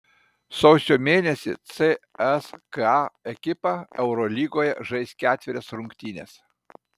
sausio mėnesį cska ekipa eurolygoje žais ketverias rungtynes